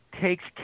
takes